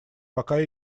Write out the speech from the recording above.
пока